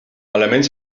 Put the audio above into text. elements